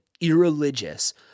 irreligious